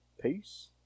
Peace